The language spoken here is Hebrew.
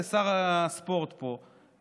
שר הספורט פה,